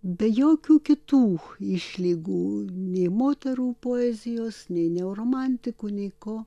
be jokių kitų išlygų nei moterų poezijos nei neoromantikų nei ko